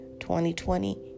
2020